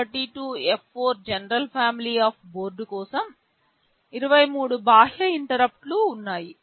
STM32F4 general family of board కోసం 23 బాహ్య ఇంటరుప్పుట్లు ఉన్నాయి